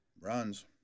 Runs